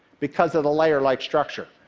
because of the layer-like structure.